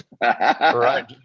Right